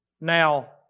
Now